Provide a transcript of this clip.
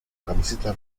camiseta